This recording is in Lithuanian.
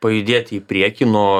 pajudėti į priekį nuo